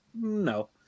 No